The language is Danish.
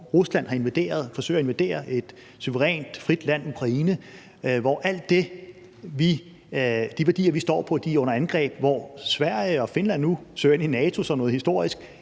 forsøger at invadere et suverænt, frit land, Ukraine, hvor alle de værdier ,vi står for, er under angreb, og hvor Sverige og Finland nu søger ind i NATO som noget historisk,